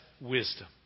wisdom